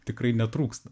tikrai netrūksta